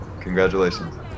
Congratulations